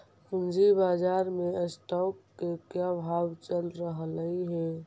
पूंजी बाजार में स्टॉक्स के क्या भाव चल रहलई हे